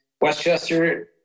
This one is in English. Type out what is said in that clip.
Westchester